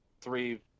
three